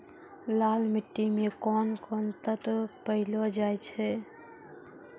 लाल मिट्टी मे कोंन कोंन तत्व पैलो जाय छै?